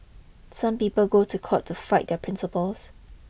some people go to court to fight their principles